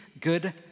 good